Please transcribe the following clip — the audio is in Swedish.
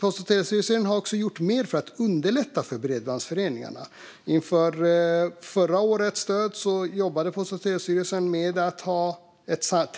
Post och telestyrelsen har också gjort mer för att underlätta för bredbandsföreningarna. Inför förra årets stöd jobbade Post och telestyrelsen med att ha en